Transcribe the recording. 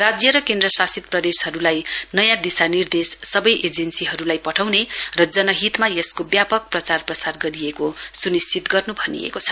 राज्य र केन्द्रशासित प्रदेशहरुलाई नयाँ दिशानिर्देश सबै एजेनेसीहरुलाई पठाउने र जनहितमा यसको व्यापक प्रचार प्रसार गरिएको सुनिश्चित गर्नु भनिएको छ